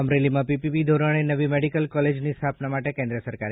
અમરેલીમાં પીપીપી ધોરણે નવી મેડિકલ કોલેજની સ્થાપના માટે કેન્દ્ર સરકારે